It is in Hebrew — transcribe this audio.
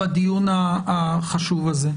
בדיון החשוב הזה.